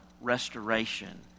restoration